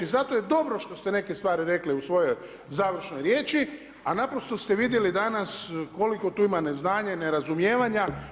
Zato je dobro što ste neke stvari rekli u svojoj završnoj riječi, a naprosto ste vidjeli danas koliko tu ima neznanja i nerazumijevanja.